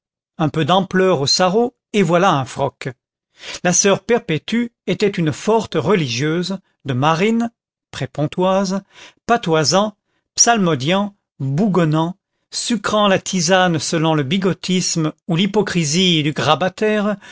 un peu d'ampleur au sarrau et voilà un froc la soeur perpétue était une forte religieuse de marines près pontoise patoisant psalmodiant bougonnant sucrant la tisane selon le bigotisme ou l'hypocrisie du grabataire